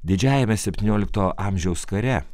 didžiajame septyniolikto amžiaus kare